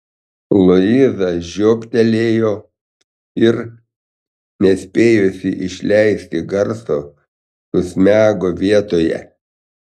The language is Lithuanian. luiza žiobtelėjo ir nespėjusi išleisti garso susmego vietoje